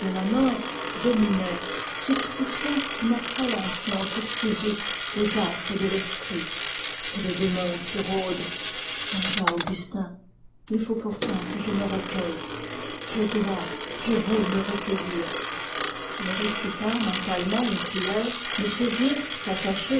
la mort dominait substituant une appréhension toute physique aux affres de l'esprit c'est le démon qui rôde il faut pourtant que je me recueille je dois je veux me recueillir il récita mentalement une prière mais ses yeux attachés